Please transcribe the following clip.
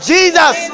Jesus